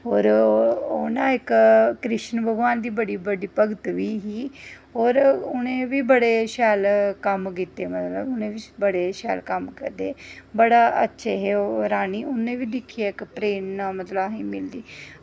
होर ओह् ना इक कृष्ण भगवान दी बड़ी बड्डी भगत बी ही होर उ'नें बी बड़े शैल कम्म कीते मतलब बड़े शैल कम्म करदे हे बड़ा अच्छे हे ओह् रानी उ'नें ई दिक्खियै इक प्रेरणा असें गी मिलदी